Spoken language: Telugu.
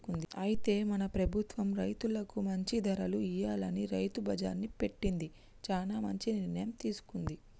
అయితే మన ప్రభుత్వం రైతులకు మంచి ధరలు ఇయ్యాలని రైతు బజార్ని పెట్టింది చానా మంచి నిర్ణయం తీసుకుంది